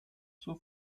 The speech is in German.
zur